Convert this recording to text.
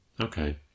Okay